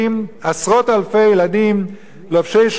עשרות אלפי ילדים לובשי שחורים,